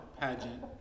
pageant